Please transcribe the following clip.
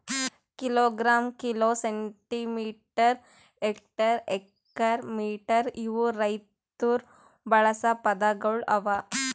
kilogram, kilo, centimetre, hectare, acre, metre ಇವು ರೈತುರ್ ಬಳಸ ಪದಗೊಳ್ ಅವಾ